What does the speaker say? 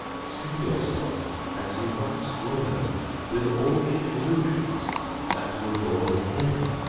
see yourself as you once were with all the illusions that were yours then,